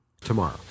tomorrow